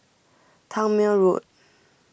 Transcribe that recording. Tangmere Road